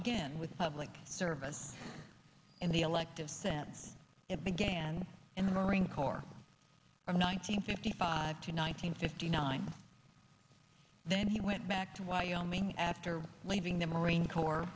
begin with public service in the elective since it began in the marine corps from nineteen fifty five to nine hundred fifty nine then he went back to wyoming after leaving the marine corps